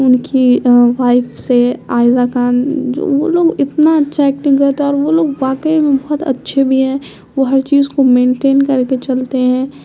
ان کی وائف سے آئزہ کان جو وہ لوگ اتنا اچھا ایکٹنگ کرتے ہیں اور وہ لوگ واقعی میں بہت اچھے بھی ہیں وہ ہر چیز کو مینٹین کر کے چلتے ہیں